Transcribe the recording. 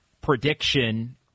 prediction